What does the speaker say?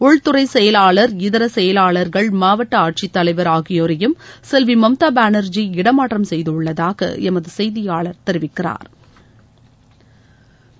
உள்துறை செயலாளர் இதர செயலாளர்கள் மாவட்ட ஆட்சித் தலைவர் ஆகியோரையும் செல்வி மம்தா பானா்ஜி இடம் மாற்றம் செய்துள்ளதாக எமது செய்தியாளா் தெரிவிக்கிறாா்